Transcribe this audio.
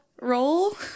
roll